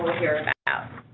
hear about.